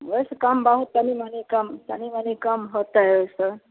ओहिसे कम बहुत तनी मनी कम तनी मनि कम होतै ओहिसँ